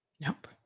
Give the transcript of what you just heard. Nope